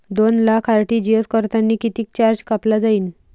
दोन लाख आर.टी.जी.एस करतांनी कितीक चार्ज कापला जाईन?